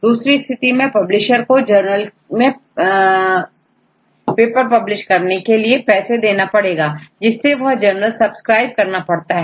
दूसरी स्थिति में पब्लिशर को जर्नल में पेपर पब्लिश करने के लिए पैसे देना पड़ते हैं जिससे वह जर्नल सब्सक्राइब करना पड़ता है